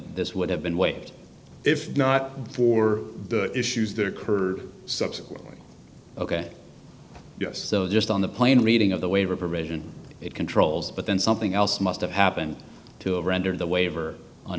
this would have been waived if not for the issues that occurred subsequently ok yes just on the plane reading of the waiver provision it controls but then something else must have happened to render the waiver